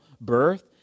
birth